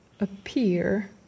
appear